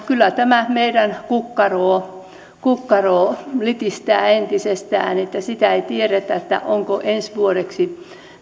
kyllä tämä meidän kukkaroa kukkaroa litistää entisestään ja sitä ei tiedetä ovatko ensi vuodeksi